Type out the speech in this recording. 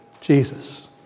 Jesus